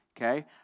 okay